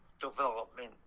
development